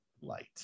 light